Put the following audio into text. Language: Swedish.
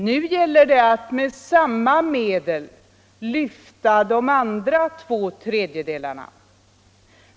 Nu gäller det att med samma medel lyfta de andra två tredjedelarna.